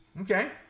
Okay